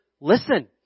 listen